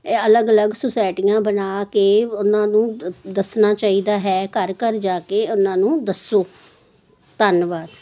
ਇਹ ਅਲੱਗ ਅਲੱਗ ਸੁਸਾਇਟੀਆਂ ਬਣਾ ਕੇ ਉਹਨਾਂ ਨੂੰ ਦ ਦੱਸਣਾ ਚਾਹੀਦਾ ਹੈ ਘਰ ਘਰ ਜਾ ਕੇ ਉਹਨਾਂ ਨੂੰ ਦੱਸੋ ਧੰਨਵਾਦ